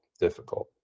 difficult